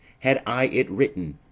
had i it written,